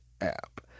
app